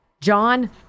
John